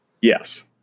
Yes